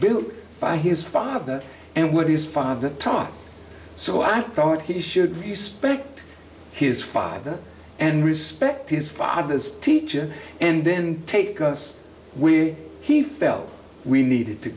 built by his father and what is five the talk so i thought he should respect his father and respect his father's teacher and then take us we he felt we needed to